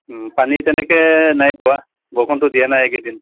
পানী তেনেকৈ নাই পোৱা বৰষুণটো দিয়া নাই এইকেইদিন